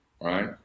right